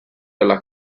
della